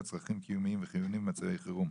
צרכים קיומיים חיוניים במצבי חירום.